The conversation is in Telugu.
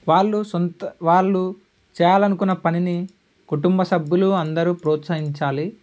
వాళ్ళు సొంత వాళ్ళు చేయాలనుకున్న పనిని కుటుంబ సభ్యులు అందరూ ప్రోత్సహించాలి